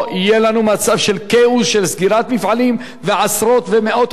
של סגירת מפעלים ועשרות ומאות עובדים ייפלטו מהמערכת.